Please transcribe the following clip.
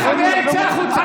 את הישיבה.